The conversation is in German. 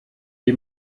wie